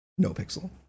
NoPixel